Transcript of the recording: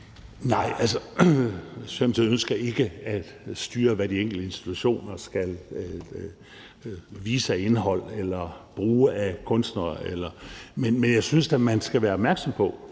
Nej, Socialdemokratiet ønsker ikke at styre, hvad de enkelte institutioner skal vise af indhold eller bruge af kunstnere. Men jeg synes da, at man, når man får